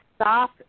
Stop